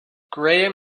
graham